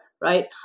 right